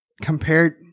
compared